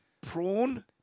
prawn